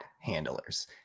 Handlers